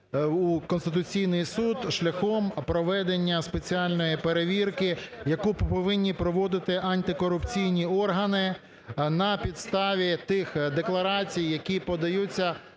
Конституційний Суд шляхом проведення спеціальної перевірки, яку повинні проводити антикорупційні органи на підставі тих декларацій, які подаються